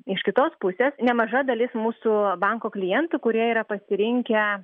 iš kitos pusės nemaža dalis mūsų banko klientų kurie yra pasirinkę